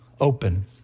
open